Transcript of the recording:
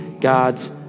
God's